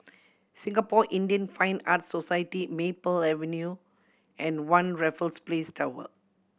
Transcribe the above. Singapore Indian Fine Arts Society Maple Avenue and One Raffles Place Tower